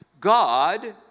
God